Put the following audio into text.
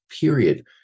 period